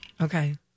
Okay